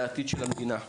הם העתיד של המדינה.